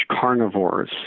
carnivores